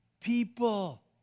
people